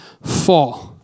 fall